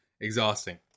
exhausting